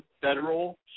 federal